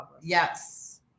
yes